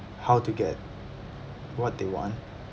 how to get what they want